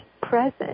present